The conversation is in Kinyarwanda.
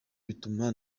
bituma